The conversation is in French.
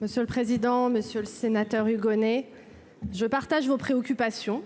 Monsieur le président, Monsieur le Sénateur Hugonnet je partage vos préoccupations.